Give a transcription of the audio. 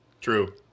true